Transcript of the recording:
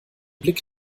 blick